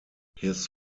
his